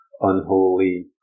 unholy